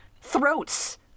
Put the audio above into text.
throats